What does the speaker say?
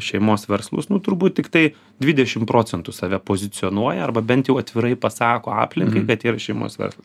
šeimos verslus nu turbūt tiktai dvidešim procentų save pozicionuoja arba bent jau atvirai pasako aplinkai kad yra šeimos verslas